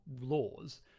laws